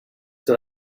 that